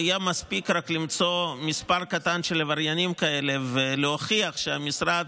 ויהיה מספיק רק למצוא מספר קטן של עבריינים כאלה ולהוכיח שהמשרד,